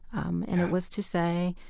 um and it was to say,